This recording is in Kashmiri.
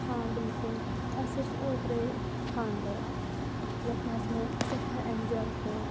ہاں بلکُل اَسہِ اوس اوترے خانٛدَر اَکھ یَتھ منٛز مےٚ سؠٹھاہ ایٚنجاے کوٚر